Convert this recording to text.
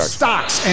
stocks